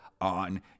on